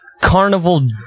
carnival